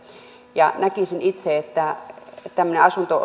näkisin itse että tämmöinen asunto